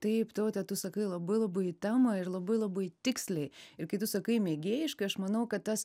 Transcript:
taip taute tu sakai labai labai temą ir labai labai tiksliai ir kai tu sakai mėgėjiškai aš manau kad tas